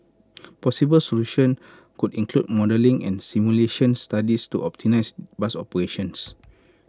possible solution could include modelling and simulation studies to optimise bus operations